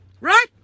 right